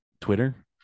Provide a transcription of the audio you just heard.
Twitter